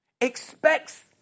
Expects